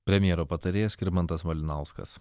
premjero patarėjas skirmantas malinauskas